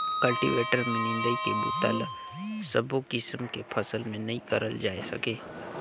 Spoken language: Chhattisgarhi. कल्टीवेटर में निंदई के बूता ल सबो किसम के फसल में नइ करल जाए सके